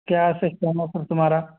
क्या सिस्टम है फिर तुम्हारा